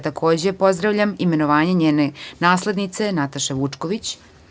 Takođe pozdravljam imenovanje njene naslednice Nataše Vučković.